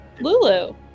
Lulu